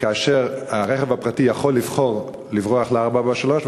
כי הרכב הפרטי יכול לבחור לברוח ל-443,